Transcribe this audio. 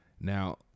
Now